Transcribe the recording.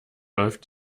läuft